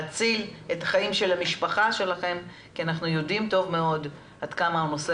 את החיים של המשפחה שלכן כי אנחנו יודעים טוב מאוד עד כמה הנושא